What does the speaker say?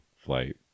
flight